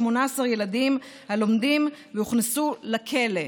18 ילדים לומדים והוכנסו לכלא.